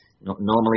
Normally